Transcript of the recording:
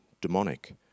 demonic